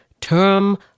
term